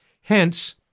Hence